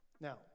Now